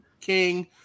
King